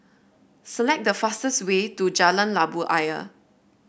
select the fastest way to Jalan Labu Ayer